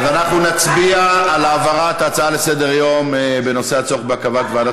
אז אנחנו נצביע על העברת ההצעה לסדר-היום בנושא הצורך בהרכבת ועדת